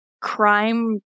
crime